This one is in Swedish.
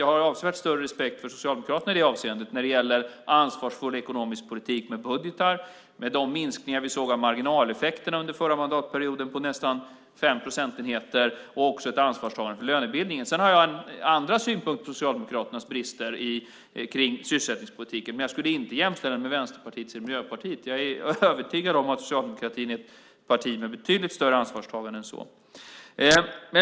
Jag har avsevärt större respekt för Socialdemokraterna när det gäller en ansvarsfull ekonomisk politik med budgetar, de minskningar av marginaleffekterna på nästan 5 procentenheter som vi såg under den förra mandatperioden och ett ansvarstagande för lönebildningen. Sedan har jag andra synpunkter på Socialdemokraternas brister när det gäller sysselsättningspolitiken, men jag skulle inte jämställa den med Vänsterpartiets eller Miljöpartiets. Jag är övertygad om att socialdemokratin är ett parti med betydligt större ansvarstagande än så.